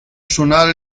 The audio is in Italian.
suonare